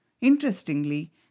interestingly